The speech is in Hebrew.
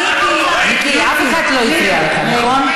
מיקי, אף אחד לא הפריע לך, נכון?